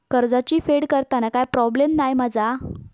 कर्जाची फेड करताना काय प्रोब्लेम नाय मा जा?